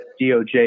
DOJ